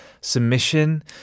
submission